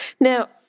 Now